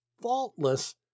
faultless